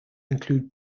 include